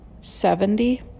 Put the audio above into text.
seventy